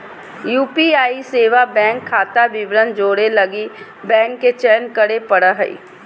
UPI सेवा bank खाता विवरण जोड़े लगी बैंक के चयन करे पड़ो हइ